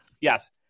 Yes